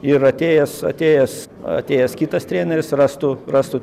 ir atėjęs atėjęs atėjęs kitas treneris rastų rastų